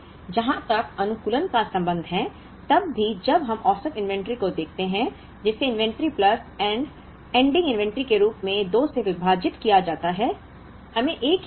इसलिए जहां तक अनुकूलन का संबंध है तब भी जब हम औसत इन्वेंट्री को देखते हैं जिसे inventory plus end ending inventory के रूप में 2 से विभाजित किया जाता है